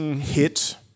hit